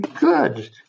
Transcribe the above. good